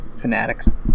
fanatics